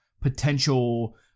potential